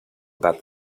about